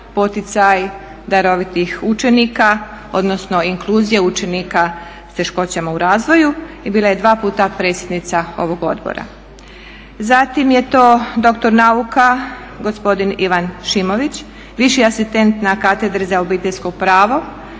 poticaj darovitih učenika odnosno inkluzija učenika s teškoćama u razvoju i bila je dva puta predsjednica ovog odbora. Zatim je to doktor nauka gospodin Ivan Šimović, viši asistent na Katedri za obiteljsko pravo